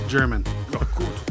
German